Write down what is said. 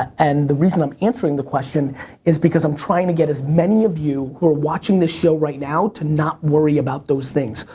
and the reason i'm answering the question is because i'm trying to get as many of you who are watching the show right now to not worry about those things.